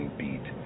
beat